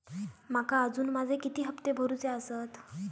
माका अजून माझे किती हप्ते भरूचे आसत?